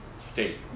state